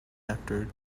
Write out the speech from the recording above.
after